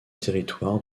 territoire